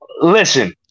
Listen